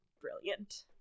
brilliant